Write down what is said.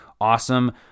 Awesome